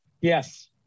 yes